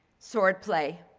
sword play